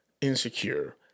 Insecure